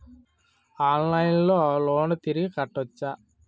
ఆన్లైన్లో లోన్ తిరిగి కట్టోచ్చా?